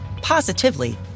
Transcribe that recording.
positively